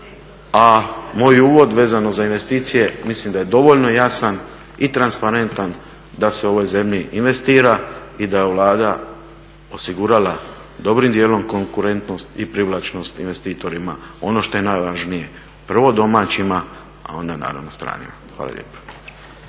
a moj uvod vezano za investicije mislim da je dovoljno jasan i transparentan da se u ovoj zemlji investira i da je Vlada osigurala dobrim djelom konkurentnost i privlačnost investitorima. Ono što je najvažnije prvo domaćima a onda naravno stranima. Hvala lijepa.